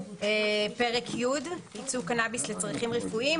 פרק י': ייצוא קנאביס לצרכים רפואיים.